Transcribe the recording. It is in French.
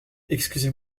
excusez